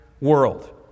world